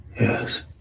Yes